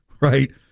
Right